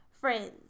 friends